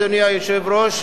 אדוני היושב-ראש,